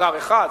שר אחד,